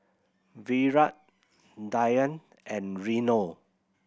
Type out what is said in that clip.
Virat Dhyan and Renu